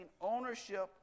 ownership